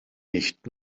nicht